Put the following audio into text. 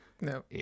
No